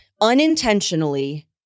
unintentionally